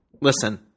Listen